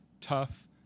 tough